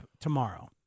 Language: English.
tomorrow